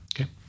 okay